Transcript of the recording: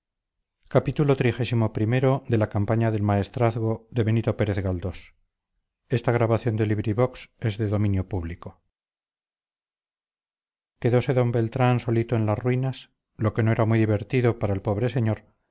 adiós quedose d beltrán solito en las ruinas lo que no era muy divertido para el pobre señor